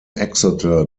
exeter